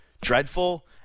dreadful